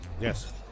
Yes